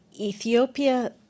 Ethiopia